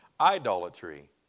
idolatry